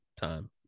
time